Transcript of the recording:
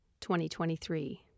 2023